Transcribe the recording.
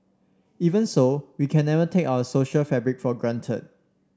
even so we can never take our social fabric for granted